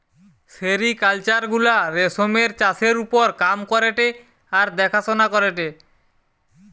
sericulture গুলা রেশমের চাষের ওপর কাম করেটে আর দেখাশোনা করেটে